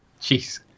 Jeez